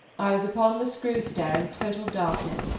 i was upon the screw-stair in total darkness,